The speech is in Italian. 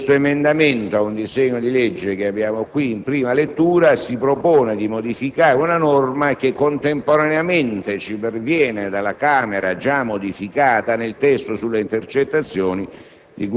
che interviene su un disegno di legge che il Senato esamina in prima lettura, si propone di modificare una norma che contemporaneamente ci perviene dalla Camera già modificata nel testo sulle intercettazioni,